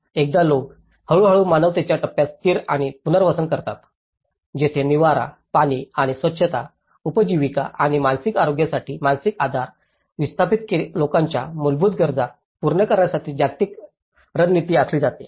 एकदा लोक हळूहळू मानवतेच्या टप्प्यात स्थिर आणि पुनर्वसन करतात जिथे निवारा पाणी आणि स्वच्छता उपजीविका आणि मानसिक आरोग्यासाठी मानसिक आधार विस्थापित लोकांच्या मूलभूत गरजा पूर्ण करण्यासाठी जागतिक रणनीती आखली जाते